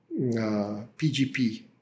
PGP